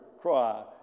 cry